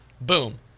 boom